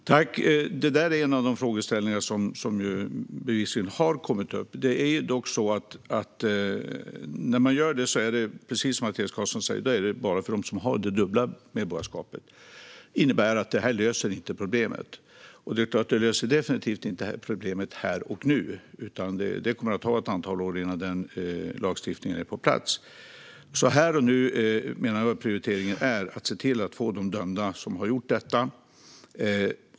Herr talman! Det där är en av de frågeställningar som bevisligen har kommit upp. Det är dock så att när man gör detta är det, precis som Mattias Karlsson säger, bara för dem som har dubbla medborgarskap. Det innebär att det inte löser problemet. Det löser definitivt inte problemet här och nu, utan det kommer att ta ett antal år innan den lagstiftningen är på plats. Här och nu menar jag att prioriteringen är att få dem dömda som har gjort detta.